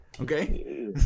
Okay